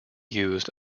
used